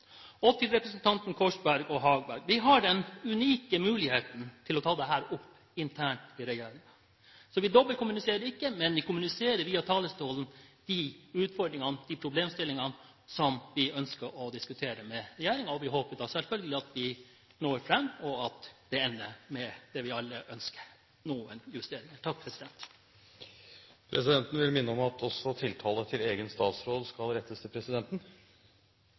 justeringer. Til representantene Korsberg og Harberg: Vi har den unike muligheten til å ta dette opp internt i regjeringen, så vi dobbeltkommuniserer ikke, men vi kommuniserer via talerstolen de utfordringene og de problemstillingene som vi ønsker å diskutere med regjeringen. Vi håper selvfølgelig at vi når fram, og at det ender med det vi alle ønsker: noen justeringer. Presidenten vil minne om at også tiltale til egen statsråd skal rettes til presidenten.